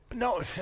No